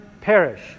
perish